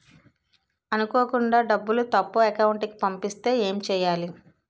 అనుకోకుండా డబ్బులు తప్పు అకౌంట్ కి పంపిస్తే ఏంటి చెయ్యాలి?